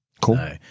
Cool